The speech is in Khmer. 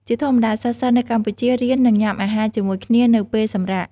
ជាធម្មតា សិស្សៗនៅកម្ពុជារៀន និងញុំអាហារជាមួយគ្នានៅពេលសម្រាក។